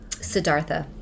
Siddhartha